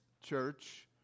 church